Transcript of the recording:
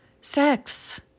sex